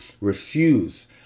refuse